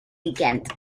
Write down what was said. weekend